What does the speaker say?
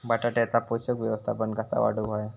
बटाट्याचा पोषक व्यवस्थापन कसा वाढवुक होया?